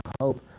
hope